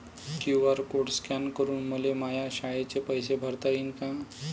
QR code scan करून मले माया शाळेचे पैसे भरता येईन का?